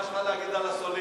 מה יש לך להגיד על אסולין,